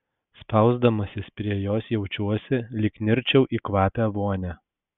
spausdamasis prie jos jaučiuosi lyg nirčiau į kvapią vonią